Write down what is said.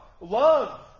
love